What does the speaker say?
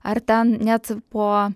ar ten net po